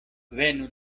venu